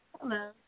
Hello